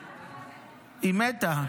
ההיסטוריה המרוקאית מלאה בשיתוף פעולה